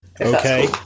Okay